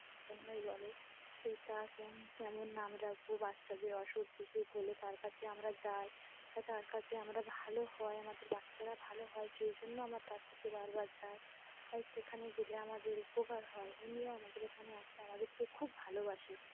ভালোর জন্যই বলে এ তা ক্যা কেমন নাম রাখব বাচ্চাদের অসুখ বিসুখ হলে তার কাছে আমরা যাই আই তার কাছে আমরা ভালো হয় আমাদের বাচ্চারা ভালো হয় সেই জন্য আমার তার কাছে বারবার যাই আর সেখানে গেলে আমাদের উপকার হয় উনিও আমাদের এখানে আসে আমাদেরকে খুব ভালোবাসে